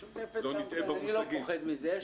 משותפת, אני לא פוחד מזה.